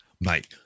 mate